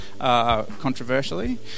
controversially